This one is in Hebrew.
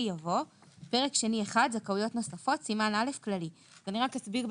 יבוא: "פרק שני1: זכאויות נוספות אני רק אסביר,